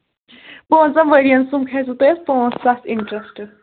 پانٛژَن ؤرۍین سُمبھ کھسوٕ تۄہہِ اَتھ پانٛژھ ساس اِنٹرٛسٹہٕ